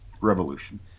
Revolution